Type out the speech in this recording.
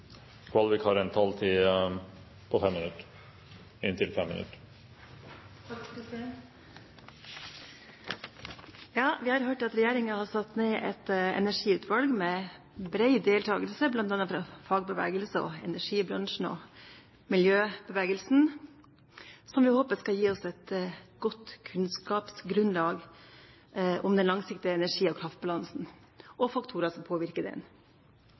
Kvalvik har en taletid på inntil 5 minutter i og med at SV ikke har hatt ordet tidligere i debatten. Vi har hørt at regjeringen har satt ned et energiutvalg med bred deltakelse, bl.a. fra fagbevegelsen, energibransjen og miljøbevegelsen, som vi håper skal gi oss et godt kunnskapsgrunnlag for den langsiktige energi- og kraftbalansen og faktorer som påvirker den.